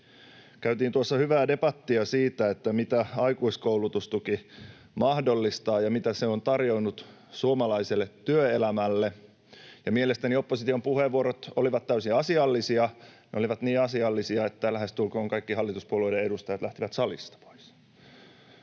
Käytiin tuossa hyvää debattia siitä, mitä aikuiskoulutustuki mahdollistaa ja mitä se on tarjonnut suomalaiselle työelämälle. Mielestäni opposition puheenvuorot olivat täysin asiallisia. Ne olivat niin asiallisia, että lähestulkoon kaikki hallituspuolueiden edustajat lähtivät salista pois.